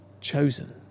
chosen